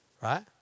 Right